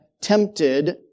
tempted